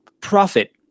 profit